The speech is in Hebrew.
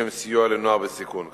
לשם סיוע לנוער בסיכון,